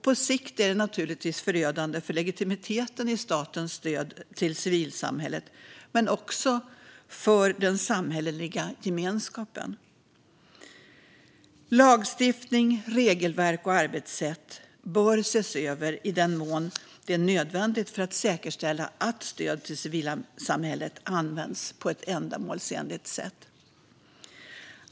På sikt är det naturligtvis förödande för legitimiteten i statens stöd till civilsamhället men också för den samhälleliga gemenskapen. Lagstiftning, regelverk och arbetssätt bör ses över i den mån det är nödvändigt för att säkerställa att stöd till civilsamhället används på ett ändamålsenligt sätt.